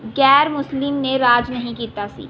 ਗੈਰ ਮੁਸਲਿਮ ਨੇ ਰਾਜ ਨਹੀਂ ਕੀਤਾ ਸੀ